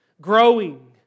growing